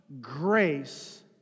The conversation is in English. grace